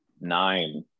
nine